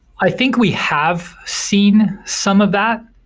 i think we have seen some of that.